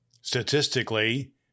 Statistically